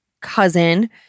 cousin